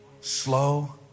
Slow